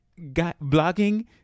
blogging